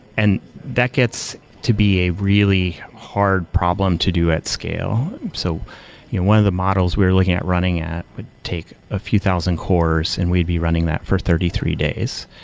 and that gets to be a really hard problem to do at scale. so yeah one of the models we were looking at running at would take a few thousand cores and we'd be running that for thirty three days.